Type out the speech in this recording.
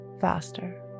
faster